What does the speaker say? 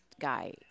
guy